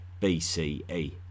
BCE